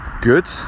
Good